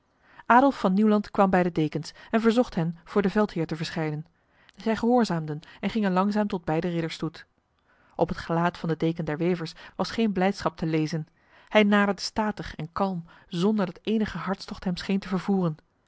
adolf van nieuwland kwam bij de dekens en verzocht hen voor de veldheer te verschijnen zij gehoorzaamden en gingen langzaam tot bij de ridderstoet op het gelaat van de deken der wevers was geen blijdschap te lezen hij naderde statig en kalm zonder dat enige hartstocht hem scheen te vervoeren